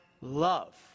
love